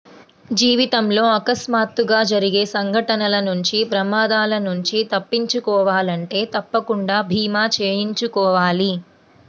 జీవితంలో అకస్మాత్తుగా జరిగే సంఘటనల నుంచి ప్రమాదాల నుంచి తప్పించుకోవాలంటే తప్పకుండా భీమా చేయించుకోవాలి